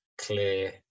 clear